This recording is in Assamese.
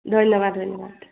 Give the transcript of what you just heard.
ধন্যবাদ ধন্যবাদ